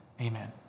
Amen